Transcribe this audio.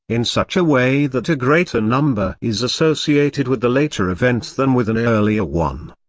in such a way that a greater number is associated with the later event than with an earlier one.